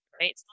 right